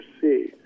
see